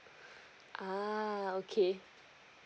ah okay